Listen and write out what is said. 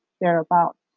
thereabouts